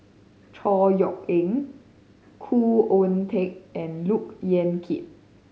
Chor Yeok Eng Khoo Oon Teik and Look Yan Kit